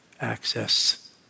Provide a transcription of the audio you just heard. access